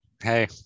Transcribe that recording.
Hey